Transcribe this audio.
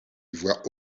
ivoire